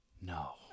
no